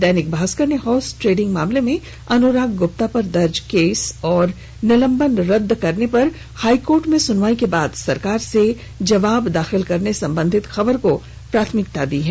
दैनिक भास्कर ने horse trading मामले में अनुराग गुप्ता पर दर्ज केस और निलंबन रद्द करने पर हाईकोर्ट में सुनवाई के बाद सरकार से जवाब दाखिल करने संबंधि खबर को प्राथमिकता से प्रकाशित किया है